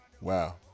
wow